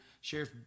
Sheriff